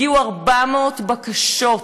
הגיעו 400 בקשות,